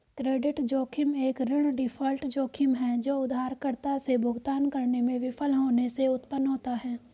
credit जोखिम एक ऋण डिफ़ॉल्ट जोखिम है जो उधारकर्ता से भुगतान करने में विफल होने से उत्पन्न होता है